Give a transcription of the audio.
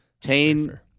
Tane